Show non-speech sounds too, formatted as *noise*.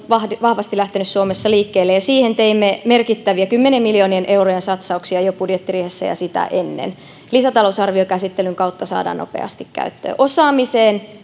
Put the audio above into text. vahvasti lähtenyt suomessa liikkeelle ja siihen teimme merkittäviä kymmenien miljoonien eurojen satsauksia jo budjettiriihessä ja sitä ennen lisätalousarviokäsittelyn kautta saadaan ne nopeasti käyttöön osaamiseen *unintelligible*